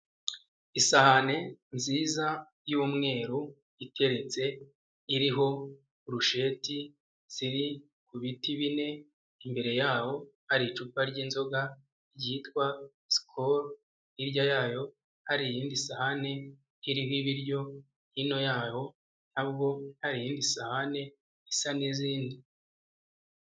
Isahane nziza y'umweru iteretse iriho burusheti ziri ku biti bine, imbere yaho hari icupa ry'inzoga ryitwa Skol, hirya yayo hari iyindi sahane iriho ibiryo, hino yaho naho hari iyindii sahane isa n'izindi.